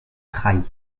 trahit